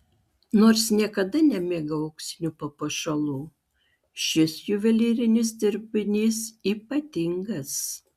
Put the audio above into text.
nors niekada nemėgau auksinių papuošalų šis juvelyrinis dirbinys ypatingas